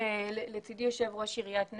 לצדי יושב ראש עיריית נשר,